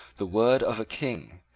the word of a king,